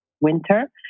winter